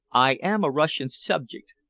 i am a russian subject,